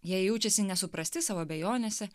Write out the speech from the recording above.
jie jaučiasi nesuprasti savo abejonėse